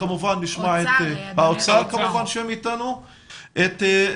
כמובן נשמע את האוצר שנמצא אתנו,